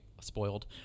spoiled